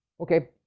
Okay